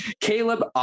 Caleb